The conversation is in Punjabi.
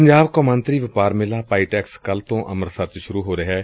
ਪੰਜਾਬ ਕੌਮਾਂਤਰੀ ਵਪਾਰ ਮੇਲਾ ਪਾਈਟੈਕਸ ਕੱਲ੍ ਤੋਂ ਅੰਮ੍ਤਿਸਰ ਚ ਸੁਰੂ ਹੋ ਰਿਹੈ